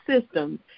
systems